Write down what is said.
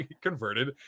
converted